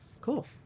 Cool